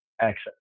access